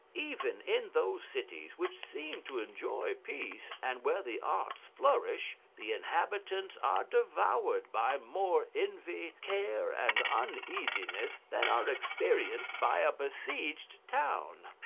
even in those cities which seem to enjoy peace, and where the arts flourish, the inhabitants are devoured by more envy, care, and uneasiness than are experienced by a besieged town.